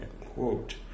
quote